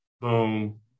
Boom